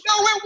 No